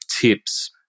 tips